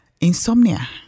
insomnia